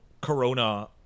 Corona